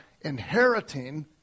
inheriting